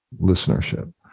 listenership